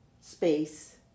space